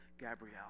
Gabrielle